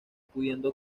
pudiendo